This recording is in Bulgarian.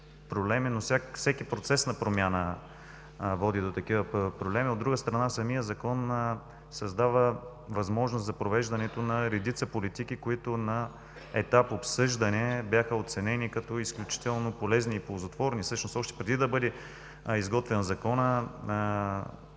всеки процес на промяна води до такива проблеми. От друга страна, самият Закон създава възможност за провеждането на редица политики, които на етап обсъждане бяха оценени като изключително полезни и ползотворни, защото още преди да бъде изготвен Законът,